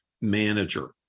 manager